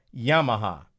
Yamaha